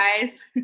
guys